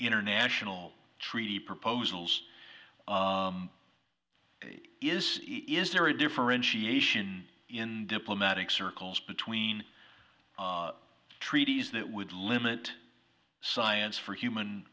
international treaty proposals is is there a differentiation in diplomatic circles between treaties that would limit science for human